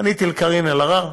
פניתי לקארין אלהרר,